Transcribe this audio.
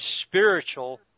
spiritual